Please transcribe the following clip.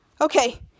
Okay